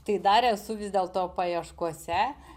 tai dar esu vis dėlto paieškose